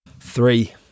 Three